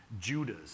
Judas